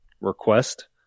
request